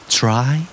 try